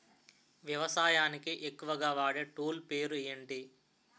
వ్యవసాయానికి ఎక్కువుగా వాడే టూల్ పేరు ఏంటి?